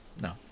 No